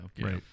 right